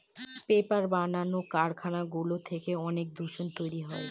paper বানানোর কারখানাগুলো থেকে অনেক দূষণ তৈরী হয়